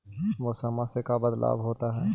मौसम से का बदलाव होता है?